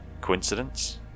Coincidence